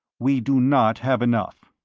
we do not have enough.